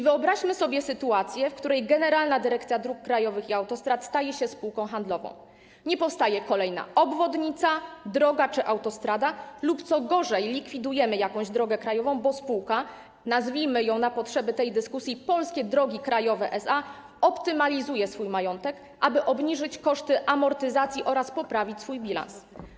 Wyobraźmy sobie sytuację, w której Generalna Dyrekcja Dróg Krajowych i Autostrad staje się spółką handlową, nie powstaje kolejna obwodnica, droga czy autostrada lub, co gorsza, likwidujemy jakąś drogę krajową, bo spółka, nazwijmy ją na potrzeby tej dyskusji, Polskie Drogi Krajowe SA, optymalizuje swój majątek, aby obniżyć koszty amortyzacji oraz poprawić swój bilans.